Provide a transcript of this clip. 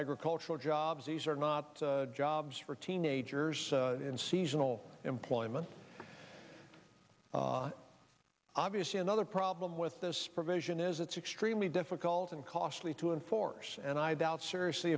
agricultural jobs these are not jobs for teenagers in seasonal employment obviously another problem with this provision it is it's extremely difficult and costly to enforce and i doubt seriously